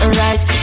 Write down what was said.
right